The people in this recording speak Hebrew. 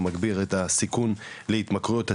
אתה מגביר את הסיכון להתמכרויות עתידיות.